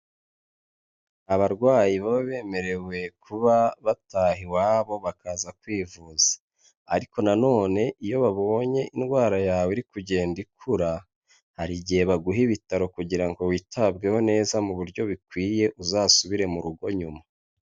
Abarwayi baba bemerewe kuba bataha iwabo bakaza kwivuza, ariko na none iyo babonye indwara yawe iri kugenda ikura, hari igihe baguha ibitaro kugira ngo witabweho neza mu buryo bikwiye uzasubire mu rugo nyuma.